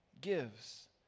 gives